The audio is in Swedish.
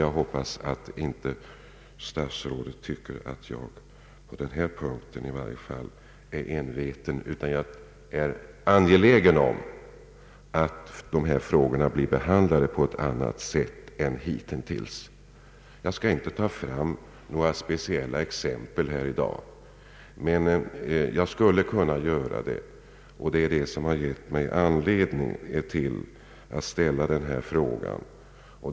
Jag hoppas att herr statsrådet inte tycker att jag är alltför enveten på denna punkt; jag är bara angelägen om att dessa frågor blir behandlade på ett annat sätt än hitintills. Jag skall inte dra fram några speciella exempel i dag, men jag skulle kunna göra det, och det är detta som givit mig anledning att framställa min interpellation.